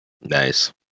Nice